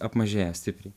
apmažėja stipriai